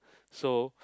so